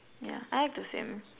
yeah I like to swim